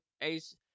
Ace